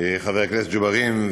חבר הכנסת ג'בארין,